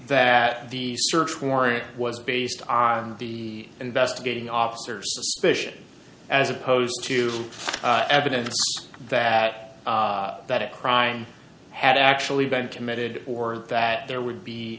that the search warrant was based on the investigating officer suspicion as opposed to evidence that that it crime had actually been committed or that there would be